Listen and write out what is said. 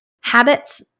habits